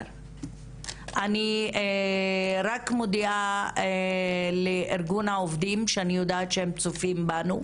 אני רק מודיעה לארגון העובדים שאני יודעת שהם צופים בנו,